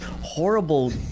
horrible